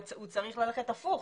הוא צריך ללכת הפוך,